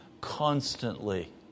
constantly